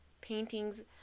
paintings